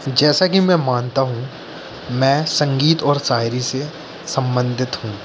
जैसा कि मैं मानता हूँ मैं संगीत और शायरी से संबंधित हूँ